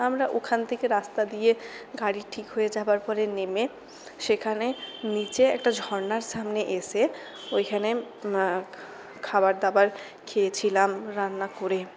আমরা ওখান থেকে রাস্তা দিয়ে গাড়ি ঠিক হয়ে যাওয়ার পরে নেমে সেখানে নীচে একটা ঝরনার সামনে এসে ওইখানে খাবার দাবার খেয়েছিলাম রান্না করে